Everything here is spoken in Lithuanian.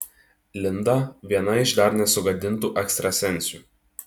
linda viena iš dar nesugadintų ekstrasensių